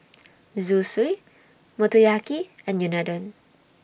Zosui Motoyaki and Unadon